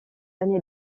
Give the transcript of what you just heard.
année